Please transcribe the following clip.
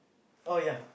oh ya